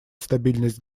стабильность